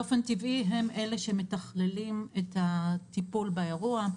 באופן טבעי הם אלה שמתכללים את הטיפול באירוע.